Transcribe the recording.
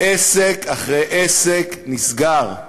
עסק אחרי עסק נסגר.